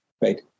right